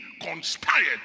conspired